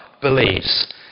believes